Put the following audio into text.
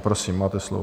Prosím, máte slovo.